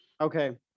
okay